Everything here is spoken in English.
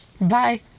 Bye